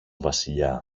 βασιλιά